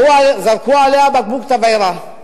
זרקו עליה בקבוק תבערה.